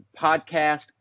podcast